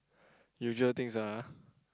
usual things ah